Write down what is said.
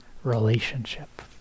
relationship